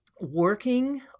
working